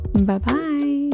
bye-bye